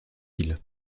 ils